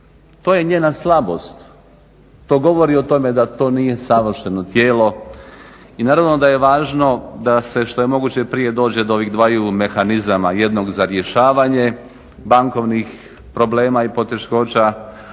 to je njena slabost, to govori o tome da to nije savršeno tijelo i naravno da je važno da se što je moguće prije dođe do ovih dvaju mehanizama, jednog za rješavanja bankovnih problema i poteškoća,